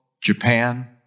Japan